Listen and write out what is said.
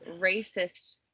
racist